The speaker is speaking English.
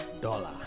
Dollar